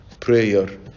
Prayer